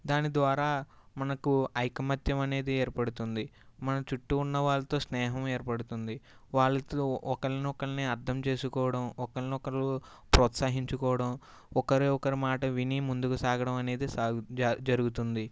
దాని ద్వారా మనకు ఐకమత్యం అనేది ఏర్పడుతుంది మన చుట్టూ ఉన్న వాళ్ళతో స్నేహం ఏర్పడుతుంది వాళ్ళకు ఒకళ్ళని ఒకరు అర్ధం చేసుకోవడం ఒకళ్ళని ఒకళ్ళు ప్రోత్సాహించుకోవడం ఒకరు ఒకరి మాట విని ముందుకు సాగడం అనేది సాగ జరుగుతుంది